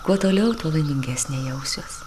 kuo toliau tuo laimingesnė jausiuos